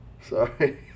Sorry